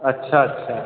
अच्छा अच्छा